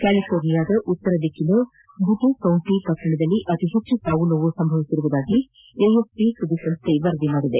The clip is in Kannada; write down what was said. ಕಾಲಿಸೋರ್ನಿಯಾದ ಉತ್ತರದಿಕ್ಕಿನ ಬುಟೆ ಕೌಂಟಿ ಪಟ್ಷಣದಲ್ಲಿ ಅತಿಹೆಚ್ಚು ಸಾವು ಸೋವು ಸಂಭವಿಸಿದೆ ಎಂದು ಎಎಫ್ಪಿ ಸುದ್ದಿಸಂಸ್ಥೆ ವರದಿ ಮಾಡಿದೆ